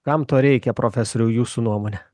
kam to reikia profesoriau jūsų nuomone